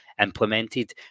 implemented